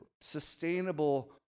sustainable